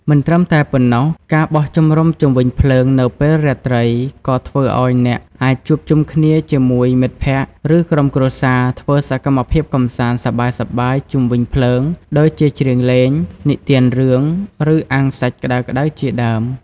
មិនត្រឹមតែប៉ុណ្ណោះ ការបោះជំរំជុំវិញភ្លើងនៅពេលរាត្រី ក៏ធ្វើឲ្យអ្នកអាចជួបជុំគ្នាជាមួយមិត្តភក្តិ ឬក្រុមគ្រួសារធ្វើសកម្មភាពកម្សាន្តសប្បាយៗជុំវិញភ្លើង ដូចជាច្រៀងលេង និទានរឿង ឬអាំងសាច់ក្តៅៗជាដើម។